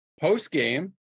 post-game